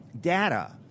data